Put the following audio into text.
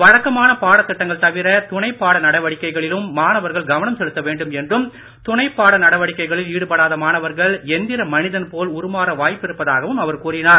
வழக்கமான பாடத் திட்டங்கள் தவிர துணைப் பாட நடவடிக்கைகளிலும் மாணவர்கள் கவனம் செலுத்த வேண்டும் என்றும் துணைப் பாட நடவடிக்கைகளில் ஈடுபடாத மாணவர்கள் எந்திர மனிதன் போல் உருமாற வாய்ப்பிருப்பதாகவும் அவர் கூறினார்